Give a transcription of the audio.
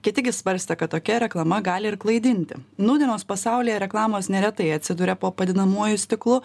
kiti gi svarstė kad tokia reklama gali ir klaidinti nūdienos pasaulyje reklamos neretai atsiduria po padidinamuoju stiklu